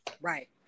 Right